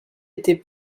était